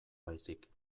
baizik